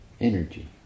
energy